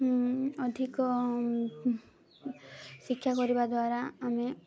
ଅଧିକ ଶିକ୍ଷା କରିବାଦ୍ୱାରା ଆମେ